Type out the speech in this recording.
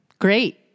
Great